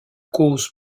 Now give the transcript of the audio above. cause